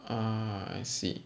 ah I see